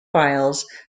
files